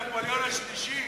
הוא מתכוון: נפוליאון השלישי.